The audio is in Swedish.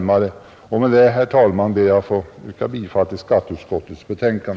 Med dessa ord, herr talman, ber jag att få yrka bifall till skatteutskottets hemställan.